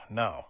no